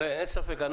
אין ספק,